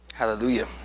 Hallelujah